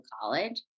college